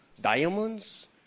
Diamonds